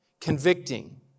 convicting